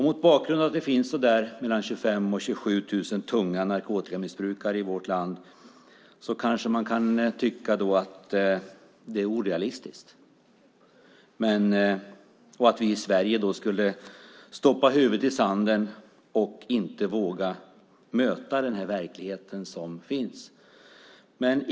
Mot bakgrund av att det finns 25 000-27 000 tunga narkotikamissbrukare i vårt land kan man kanske tycka att det målet är orealistiskt och att vi i Sverige stoppar huvudet i sanden och inte vågar möta verkligheten.